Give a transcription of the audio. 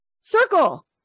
circle